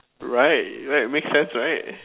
right right makes sense right